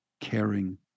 caring